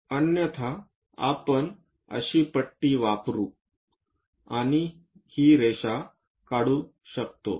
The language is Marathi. अन्यथा आपण अशी पट्टी वापरू आणि हि रेषा काढू शकतो